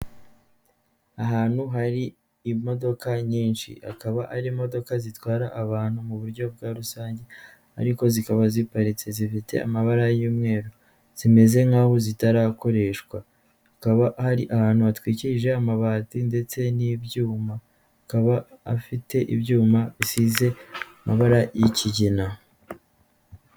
Ahantu hari imodoka nyinshi ,akaba ari imodoka zitwara abantu mu buryo bw'arusanjye. Ariko zikaba ziparitse z'ifite amabara y'umweru zimeze nkaho zitarakoreshwa, hakaba hari ahantu hatwikirije amabati ndetse n'ibyuma. Akaba afite n'ibyuma bisize amabara y'ikigina.